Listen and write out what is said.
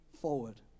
forward